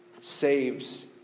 saves